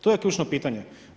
To je ključno pitanje.